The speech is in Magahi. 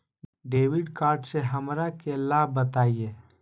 डेबिट कार्ड से हमरा के लाभ बताइए?